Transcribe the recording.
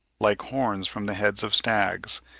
like horns from the heads of stags,